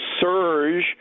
surge